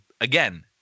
again